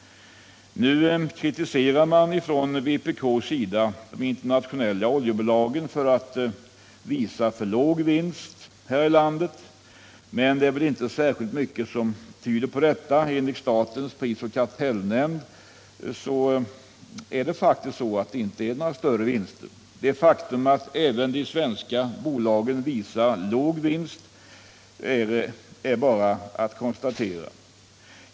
Från vpk:s sida kritiserar man de internationella oljebolagen för att visa för låg vinst här i landet. Men det är inte särskilt mycket som tyder på detta. Enligt statens prisoch kartellnämnd föreligger faktiskt inga större vinster. Vi har bara att konstatera det faktum att även de svenska bolagen visar låg vinst.